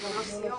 גם לא סיעות.